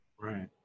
Right